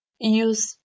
use